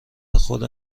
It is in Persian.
خود